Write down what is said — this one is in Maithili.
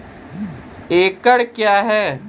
एकड कया हैं?